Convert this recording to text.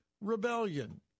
rebellion